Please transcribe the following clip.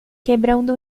quebrando